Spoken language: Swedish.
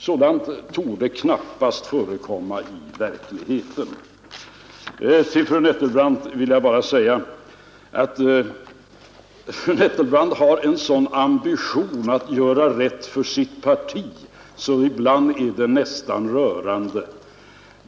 Sådant torde knappast förekomma i verkligheten. Till fru Nettelbrandt vill jag bara säga att fru Nettelbrandt har en sådan ambition att göra rätt för sitt parti att det ibland är nästan rörande.